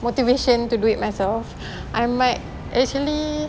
motivation to do it myself I might actually